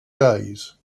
days